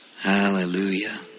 Hallelujah